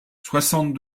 soixante